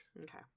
Okay